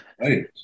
Right